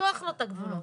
למתוח לו את הגבולות.